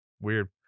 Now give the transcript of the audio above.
Weird